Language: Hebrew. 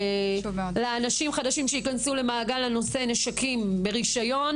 לאנשים חדשים שייכנסו למעגל הנושא נשקים ברישיון,